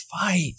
fight